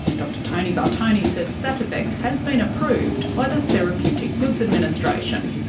dr tony bartone says sativex has been approved by the therapeutic goods administration,